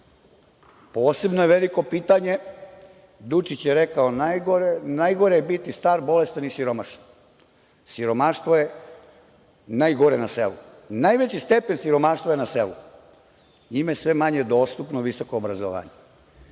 Posebno je veliko pitanje, Dučić je rekao – najgore je biti star, bolestan i siromašan. Siromaštvo je najgore na selu. Najveći stepen siromaštva je na selu. Njima je sve manje dostupno visoko obrazovanje. Vi,